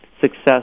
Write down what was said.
success